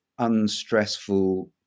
unstressful